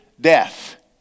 Death